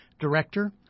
Director